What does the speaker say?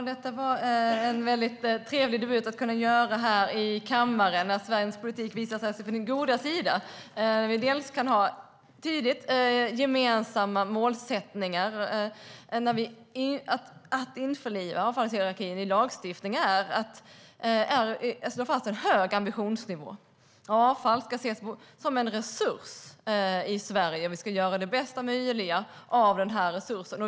Herr talman! Det var trevligt att göra debut i kammaren när svensk politik visar sig från sin goda sida. Vi har gemensamma tydliga målsättningar. Att införliva avfallshierarkin i lagstiftningen är att slå fast en hög ambitionsnivå. Avfall ska ses som en resurs i Sverige, och vi ska göra det bästa möjliga av denna resurs.